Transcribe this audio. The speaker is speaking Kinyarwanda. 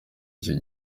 iki